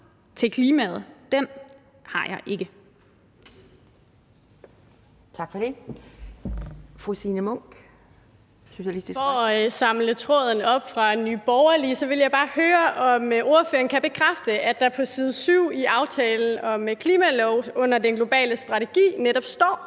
til klimaet, har jeg ikke.